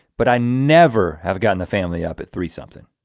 but i never have gotten the family up at three something.